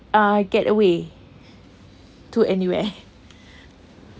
uh I get away to anywhere